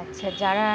আচ্ছা যারা